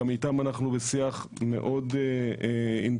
גם איתם אנחנו בשיח מאוד אינטנסיבי